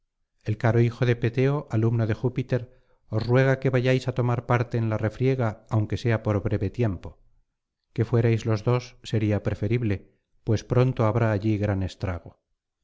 el caro hijo de peteo alumno de júpiter os ruega que vayáis á tomar parte en la refriega aunque sea por breve tiempo que fuerais los dos sería preferible pues pronto habrá allí gran estrago